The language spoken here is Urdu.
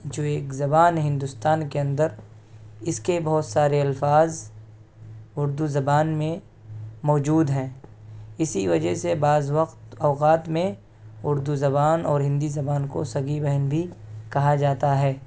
جو ایک زبان ہے ہندوستان کے اندر اس کے بہت سارے الفاظ اردو زبان میں موجود ہیں اسی وجہ سے بعض وقت اوقات میں اردو زبان اور ہندی زبان کو سگی بہن بھی کہا جاتا ہے